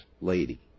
lady